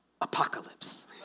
apocalypse